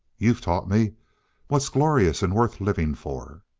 you've taught me what's glorious and worth living for.